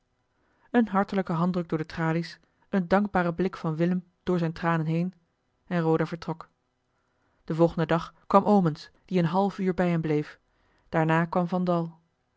een hartelijke handdruk door de tralies een dankbare blik van willem door zijne tranen heen en roda vertrok den volgenden dag kwam omens die een half uur bij hem bleef daarna kwam